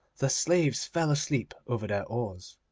the slaves fell asleep over their oars.